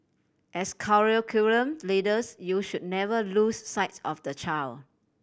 as curriculum leaders you should never lose sights of the child